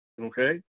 okay